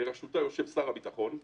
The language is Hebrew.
ובראשותה יושב שר הביטחון.